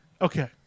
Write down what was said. Okay